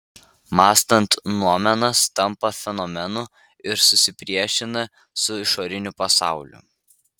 mąstant noumenas tampa fenomenu ir susipriešina su išoriniu pasauliu